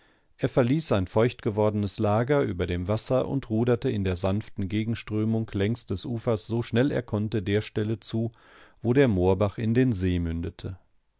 er verließ sein feuchtgewordenes lager über dem wasser und ruderte in der sanften gegenströmung längs des ufers so schnell er konnte der stelle zu wo der moorbach in den see mündete